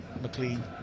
McLean